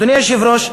אדוני היושב-ראש,